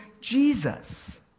Jesus